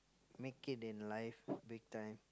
make it in life big time